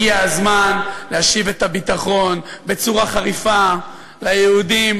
הגיע הזמן להשיב את הביטחון בצורה חריפה ליהודים,